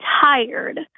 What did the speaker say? tired